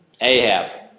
Ahab